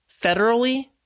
federally